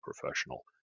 professional